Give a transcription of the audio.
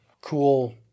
cool